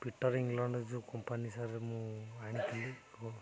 Peter England ଯେଉଁ company sir ମୁଁ ଆଣିଥିଲି